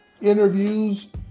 interviews